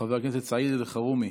חבר הכנסת סעיד אלחרומי